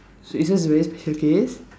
so it's just a very special case